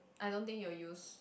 I don't think you will use